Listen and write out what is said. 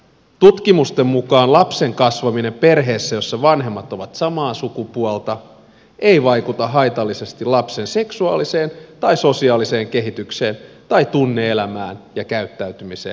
tutkimusten mukaan lapsen kasvaminen perheessä jossa vanhemmat ovat samaa sukupuolta ei vaikuta haitallisesti lapsen seksuaaliseen tai sosiaaliseen kehitykseen tai tunne elämään ja käyttäytymiseen ylipäätään